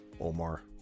Omar